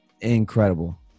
incredible